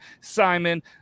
Simon